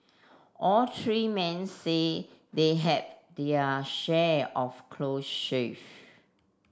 all three men say they have their share of close shave